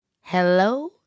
Hello